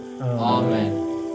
Amen